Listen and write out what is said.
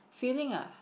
feeling ah